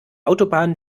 autobahn